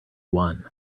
one